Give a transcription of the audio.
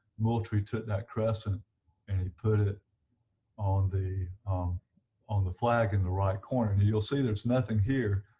moultrie took that crescent and he put it on the on the flag in the right corner you'll see there's nothing here,